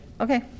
Okay